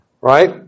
right